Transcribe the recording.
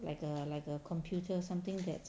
like a like a computer something that